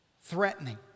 threatening